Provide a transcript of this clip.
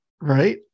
Right